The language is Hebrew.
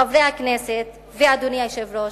חברי הכנסת ואדוני היושב-ראש,